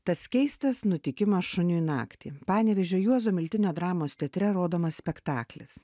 tas keistas nutikimas šuniui naktį panevėžio juozo miltinio dramos teatre rodomas spektaklis